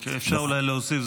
אם אפשר אולי להוסיף,